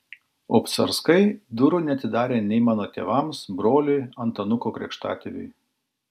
obcarskai durų neatidarė nei mano tėvams broliui antanuko krikštatėviui